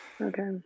Okay